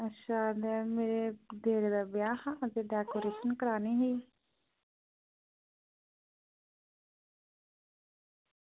अच्छा ते मेरे देरै दा ब्याह् ते डेकोरेशन करानी ही